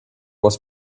was